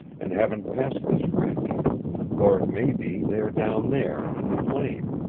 and haven't passed this ridge or it may be they are down there, in the plain.